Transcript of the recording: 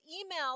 email